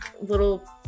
little